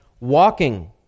walking